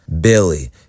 Billy